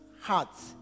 hearts